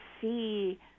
see